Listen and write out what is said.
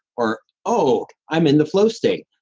or oh, i'm in the flow state.